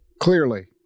Clearly